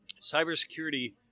cybersecurity